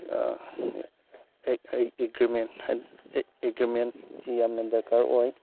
ꯑꯦꯒ꯭ꯔꯤꯃꯦꯟꯁꯤ ꯌꯥꯝꯅ ꯗꯔꯀꯥꯔ ꯑꯣꯏ